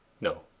no